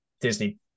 Disney